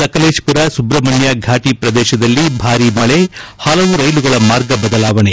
ಸಕಲೇಶಪುರ ಸುಬ್ರಹ್ಮಣ್ಯ ಘಾಟಿ ಪ್ರದೇಶದಲ್ಲಿ ಭಾರೀ ಮಳೆ ಹಲವು ರೈಲುಗಳ ಮಾರ್ಗ ಬದಾಲಾವಣೆ